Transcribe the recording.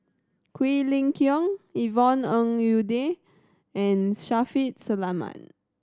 Quek Ling Kiong Yvonne Ng Uhde and Shaffiq Selamat